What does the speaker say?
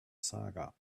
saga